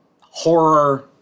horror